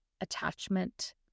attachment